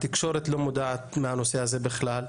התקשורת לא מודעת לנושא הזה בכלל,